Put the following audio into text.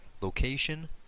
location